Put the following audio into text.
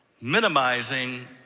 Minimizing